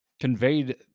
conveyed